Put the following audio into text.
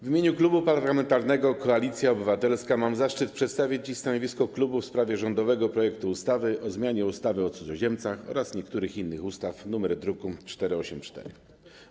W imieniu Klubu Parlamentarnego Koalicja Obywatelska mam zaszczyt przedstawić dziś stanowisko klubu w sprawie rządowego projektu ustawy o zmianie ustawy o cudzoziemcach oraz niektórych innych ustaw, druk nr 484.